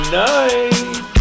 night